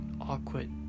awkward